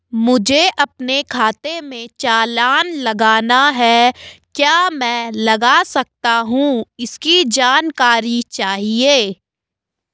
मुझे अपने खाते से चालान लगाना है क्या मैं लगा सकता हूँ इसकी जानकारी चाहिए?